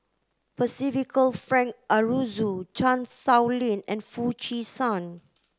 Percival Frank Aroozoo Chan Sow Lin and Foo Chee San